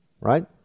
right